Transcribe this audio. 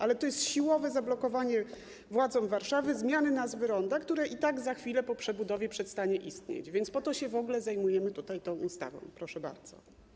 Ale to jest siłowe zablokowanie władzom Warszawy zmiany nazwy ronda, które i tak za chwilę po przebudowie przestanie istnieć, więc po to się w ogóle zajmujemy tą ustawą, proszę bardzo.